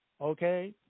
okay